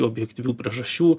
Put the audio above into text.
objektyvių priežasčių